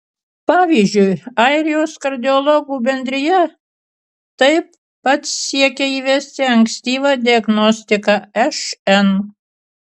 pavyzdžiui airijos kardiologų bendrija taip pat siekia įvesti ankstyvą diagnostiką šn